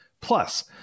Plus